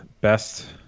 best